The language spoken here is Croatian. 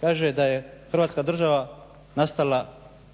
kaže da je Hrvatska država nastala